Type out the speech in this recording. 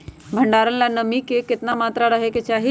भंडारण ला नामी के केतना मात्रा राहेके चाही?